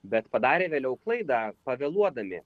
bet padarė vėliau klaidą pavėluodami